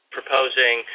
proposing